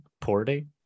porting